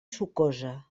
sucosa